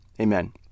Amen